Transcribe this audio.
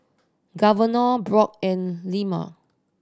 Governor Brook and Llma